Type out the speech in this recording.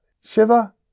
Shiva